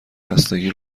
خستگی